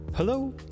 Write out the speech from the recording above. Hello